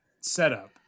setup